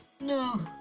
No